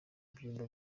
byumba